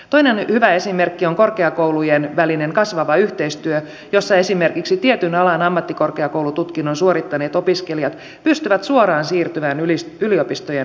toinen hyvä esimerkki on korkeakoulujen välinen kasvava yhteistyö jossa esimerkiksi tietyn alan ammattikorkeakoulututkinnon suorittaneet opiskelijat pystyvät suoraan siirtymään yliopistojen maisteriohjelmiin